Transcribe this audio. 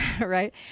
Right